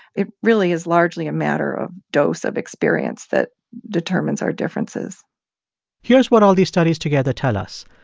it really is largely a matter of dose of experience that determines our differences here's what all these studies together tell us.